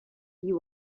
you